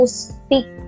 speak